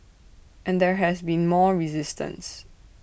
and there has been more resistance